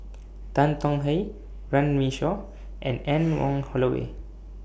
Tan Tong Hye Runme Shaw and Anne Wong Holloway